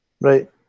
Right